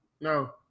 No